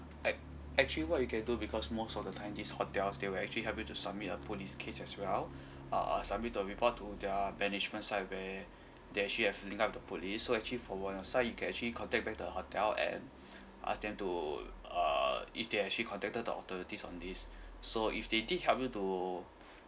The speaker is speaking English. ac~ actually what you can do because most of the time these hotels they will actually help you to submit a police case as well ah submit the report to their management side where there she have filling up the police so actually for your side you can actually contact back the hotel and ask them to uh if they actually contacted the authorities on this so if they did help you to